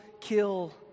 kill